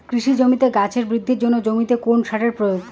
কৃষি জমিতে গাছের বৃদ্ধির জন্য জমিতে কোন সারের প্রয়োজন?